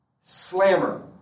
Slammer